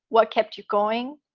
what kept you going?